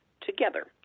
together